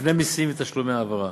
לפני מסים ותשלומי העברה,